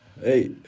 Hey